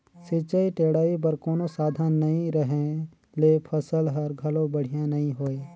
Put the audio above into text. सिंचई टेड़ई बर कोनो साधन नई रहें ले फसल हर घलो बड़िहा नई होय